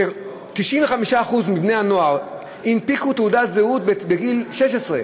95% מבני-הנוער הנפיקו תעודת זהות בגיל 16,